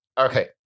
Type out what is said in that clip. Okay